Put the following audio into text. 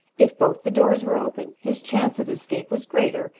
if both the doors were open, his chance of escape was greater,